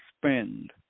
spend